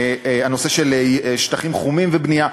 הנושא של שטחים חומים ובנייה.